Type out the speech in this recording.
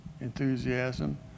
enthusiasm